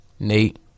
Nate